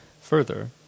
Further